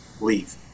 leave